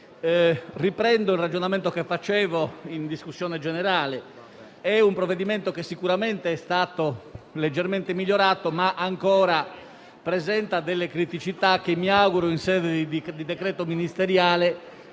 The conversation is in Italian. Riprendo il ragionamento che ho fatto in discussione generale. È un provvedimento che sicuramente è stato leggermente migliorato, ma che ancora presenta delle criticità che mi auguro, in sede di decreto ministeriale,